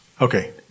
Okay